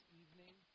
evening